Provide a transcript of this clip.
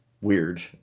weird